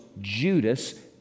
Judas